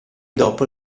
dopo